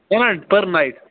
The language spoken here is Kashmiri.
permanent per night